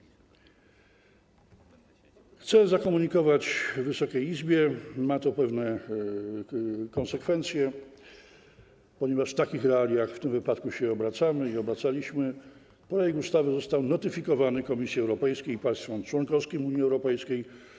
Chcę zakomunikować Wysokiej Izbie - ma to pewne konsekwencje, ponieważ w takich realiach w tym wypadku się obracaliśmy i obracamy - że projekt ustawy został notyfikowany Komisji Europejskiej i państwom członkowskim Unii Europejskiej.